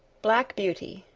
black beauty,